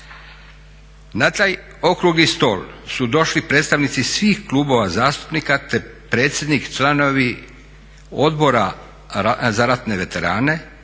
Na taj okrugli stol su došli predstavnici svih klubova zastupnika, te predsjednik, članovi Odbora za ratne veterane.